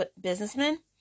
businessmen